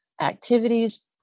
activities